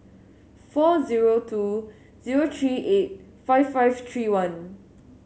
four zero two zero three eight five five three one